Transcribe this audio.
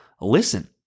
listen